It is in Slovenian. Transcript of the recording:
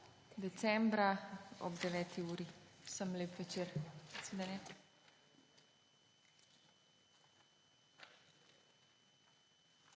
decembra, ob 9. uri. Vsem lep večer.